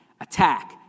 attack